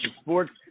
Sports